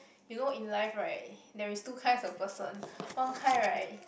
you know in life right there's two kinds of person one kind right